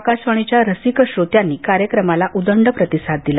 आकाशवाणीच्या रसिक श्रोत्यांनी कार्यक्रमाला उदंड प्रतिसाद दिला